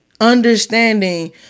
understanding